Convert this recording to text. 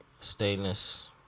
Stainless